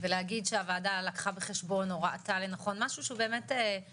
משהו מנקודת מבטך שהוא מעבר, נשמח